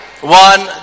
One